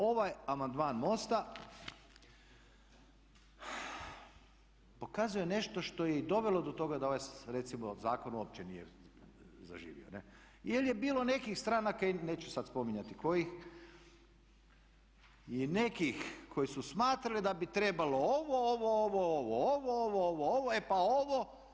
Ovaj amandman MOST-a pokazuje nešto što je i dovelo do toga da ovaj recimo zakon uopće nije zaživio jer je bilo nekih stranaka i neću sad spominjati kojih i nekih koji su smatrali da bi trebalo ovo, ovo, ovo, ovo e pa ovo.